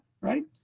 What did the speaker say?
right